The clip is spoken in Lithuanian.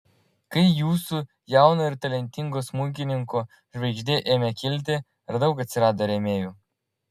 kai jūsų jauno ir talentingo smuikininko žvaigždė ėmė kilti ar daug atsirado rėmėjų